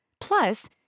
Plus